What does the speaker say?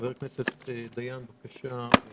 חבר הכנסת דיין, בבקשה.